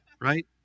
right